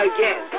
Again